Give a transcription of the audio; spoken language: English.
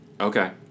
Okay